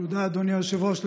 תודה, אדוני היושב-ראש.